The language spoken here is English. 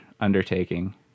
undertaking